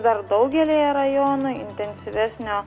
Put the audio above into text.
dar daugelyje rajonų intensyvesnio